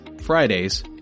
Fridays